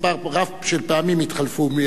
מספר רב של פעמים התחלפו,